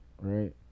right